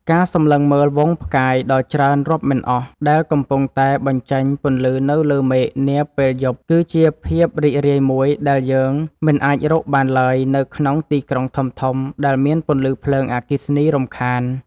ការសម្លឹងមើលហ្វូងផ្កាយដ៏ច្រើនរាប់មិនអស់ដែលកំពុងតែបញ្ចេញពន្លឺនៅលើមេឃនាពេលយប់គឺជាភាពរីករាយមួយដែលយើងមិនអាចរកបានឡើយនៅក្នុងទីក្រុងធំៗដែលមានពន្លឺភ្លើងអគ្គិសនីរំខាន។